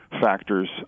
factors